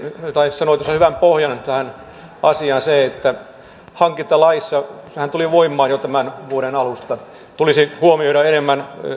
sanoi tuossa hyvän pohjan tähän asiaan että hankintalaissa sehän tuli voimaan jo tämän vuoden alusta tulisi huomioida enemmän